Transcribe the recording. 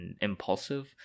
impulsive